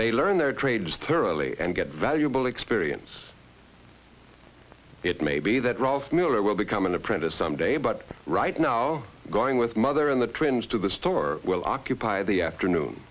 they learn their trades thoroughly and get valuable experience it may be that ralph miller will become an apprentice someday but right now going with mother in the twins to the store will occupy the afternoon